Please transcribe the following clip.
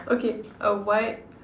okay a white